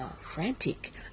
frantic